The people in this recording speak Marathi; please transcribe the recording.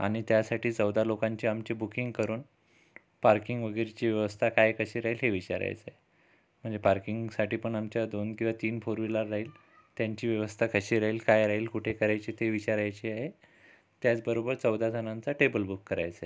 आणि त्यासाठी चौदा लोकांची आमची बुकिंग करून पार्किंग वगैरेची व्यवस्था काय कशी राहील हे विचारायचे आणि पार्किंगसाठी पण आमच्या दोन किंवा तीन फोर व्हीलर राहील त्यांची व्यवस्था कशी राहील काय राहील कुठे करायचे ते विचारायचे आहे त्याचबरोबर चौदा जनांचा टेबल बुक करायचाय